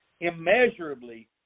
immeasurably